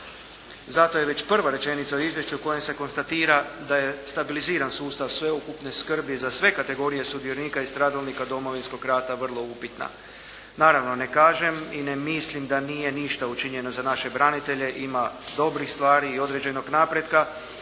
Zato je već prva rečenica u izvješću kojom se konstatira da je stabiliziran sustav sveukupne skrbi za sve kategorije sudionika i stradalnika Domovinskog rata vrlo upitna. Naravno, ne kažem i ne mislim da nije ništa učinjeno za naše branitelje. Ima dobrih stvari i određenog napretka